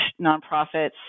nonprofits